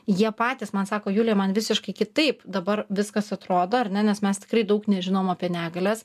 jie patys man sako julija man visiškai kitaip dabar viskas atrodo ar ne nes mes tikrai daug nežinom apie negalias